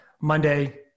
Monday